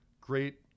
great